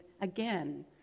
again